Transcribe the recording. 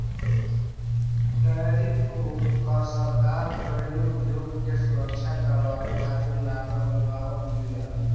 tariff कर सरकार घरेलू उद्योग के सुरक्षा करवावे खातिर लगावत बिया